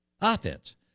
offense